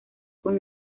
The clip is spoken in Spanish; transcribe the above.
con